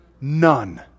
None